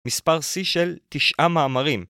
מספר C של תשעה מאמרים